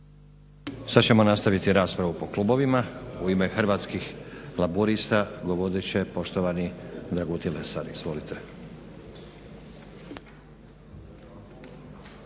Sada ćemo nastaviti raspravu po klubovima. U ime Hrvatskih laburista govorit će poštovani Dragutin Lesar. Izvolite.